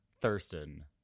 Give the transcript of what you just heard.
Thurston